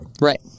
Right